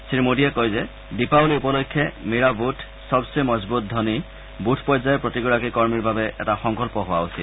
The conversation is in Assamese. শ্ৰীমোডীয়ে কয় যে দীপাৱলী উপলক্ষে মেৰা বুথ সবচে মজবৃত ধবনি বুথ পৰ্যায়ৰ প্ৰতিগৰাকী কৰ্মীৰ বাবে এটা সংকল্প হোৱা উচিত